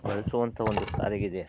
ಬಳಸುವಂಥ ಒಂದು ಸಾರಿಗೆ ಇದೆ